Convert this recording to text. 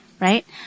right